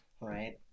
right